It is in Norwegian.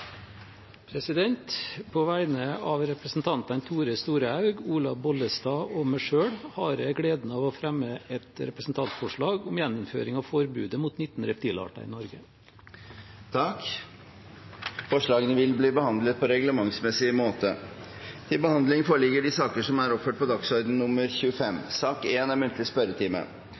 På vegne av representantene Tore Storehaug, Olaug V. Bollestad og meg selv har jeg gleden av å fremme et representantforslag om gjeninnføring av forbudet mot 19 reptilarter i Norge. Forslagene vil bli behandlet på reglementsmessig måte. Stortinget mottok mandag meddelelse fra Statsministerens kontor om at statsrådene Torbjørn Røe Isaksen, Per Sandberg og Marit Berger Røsland vil møte til muntlig spørretime.